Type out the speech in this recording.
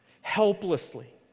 helplessly